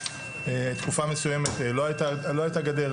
תקופה מסוימת לא הייתה גדר,